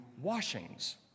washings